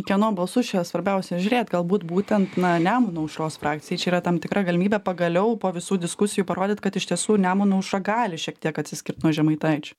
kieno balsus čia svarbiausia žiūrėt galbūt būtent na nemuno aušros frakcijai čia yra tam tikra galimybė pagaliau po visų diskusijų parodyt kad iš tiesų nemuno aušra gali šiek tiek atsiskirt nuo žemaitaičio